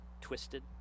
twisted